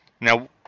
now